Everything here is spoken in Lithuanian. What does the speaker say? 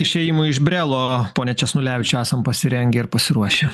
išėjimui iš brelo pone česnulevičiau esam pasirengę ir pasiruošę